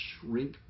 shrink